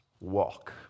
walk